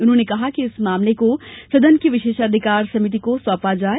उन्होंने कहा कि इस मामले को सदन की विशेषाधिकार समिति को सौंपा जाये